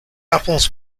apples